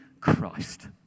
Christ